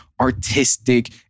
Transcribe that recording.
artistic